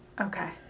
Okay